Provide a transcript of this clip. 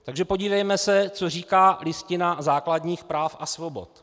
Takže podívejme se, co říká Listina základních práv a svobod.